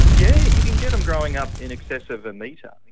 yeah you can get them growing up in excess of a metre,